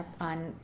on